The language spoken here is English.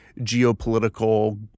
geopolitical